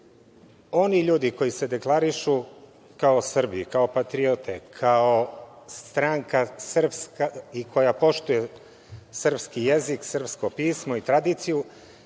Oni ljudi koji se deklarišu kao Srbi, kao patriote, kao srpska stranka koja poštuje srpski jezik, srpsko pismo i tradiciju,